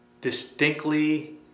distinctly